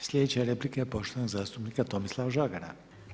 I sljedeća replika je poštovanog zastupnika Tomislava Žagara.